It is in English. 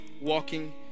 walking